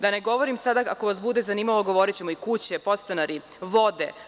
Da ne govorim sada, a ako vas bude zanimalo govorićemo i kuće i podstanari, vode.